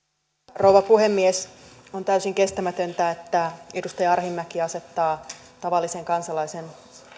rouva puhemies on täysin kestämätöntä että edustaja arhinmäki asettaa tavallisen kansalaisen